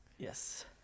yes